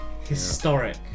Historic